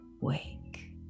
wake